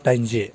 दाइनजि